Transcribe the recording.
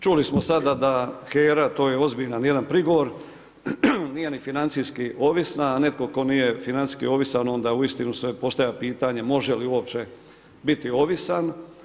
Čuli smo sada da HERA to je ozbiljan jedan prigovor nije ni financijski ovisna, a netko tko nije financijski ovisan onda uistinu se postavlja pitanje može li uopće biti ovisan.